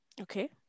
Okay